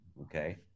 Okay